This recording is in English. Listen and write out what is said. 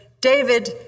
David